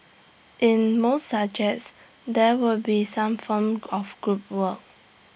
in most subjects there will be some form of group work